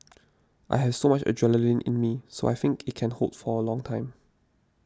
I have so much adrenaline in me so I think it can hold for a long time